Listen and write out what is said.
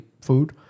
food